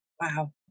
Wow